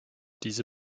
diese